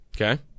Okay